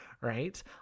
right